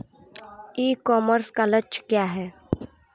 ई commerce का लक्ष्य क्या है?